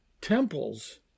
temples